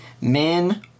men